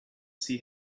see